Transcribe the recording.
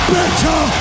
better